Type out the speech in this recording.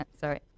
sorry